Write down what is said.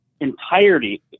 entirety